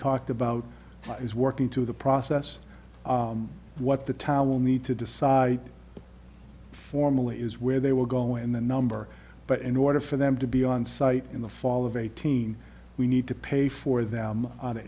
talked about is working to the process what the tower will need to decide formally is where they will go and the number but in order for them to be on site in the fall of eighteen we need to pay for them